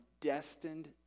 destined